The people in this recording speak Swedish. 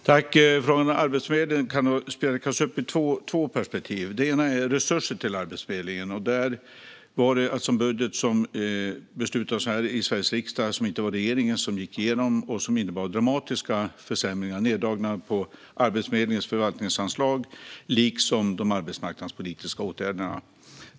Herr talman! När det gäller Arbetsförmedlingen kan man spjälka upp det i två perspektiv. Det ena är resurser till Arbetsförmedlingen. Det var en budget som beslutades i Sveriges riksdag och som inte var regeringens. Den gick igenom och innebar dramatiska försämringar och neddragningar för Arbetsförmedlingens förvaltningsanslag liksom de arbetsmarknadspolitiska åtgärderna.